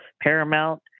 Paramount